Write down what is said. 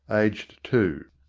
aged two.